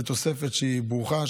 זו תוספת שהיא ברוכה,